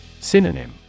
Synonym